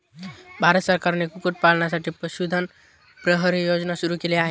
भारत सरकारने कुक्कुटपालनासाठी पशुधन प्रहरी योजना सुरू केली आहे